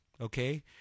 okay